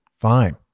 fine